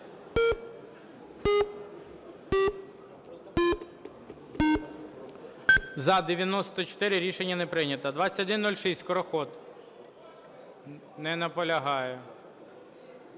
За-94 Рішення не прийнято. 2106, Скороход. Не наполягає.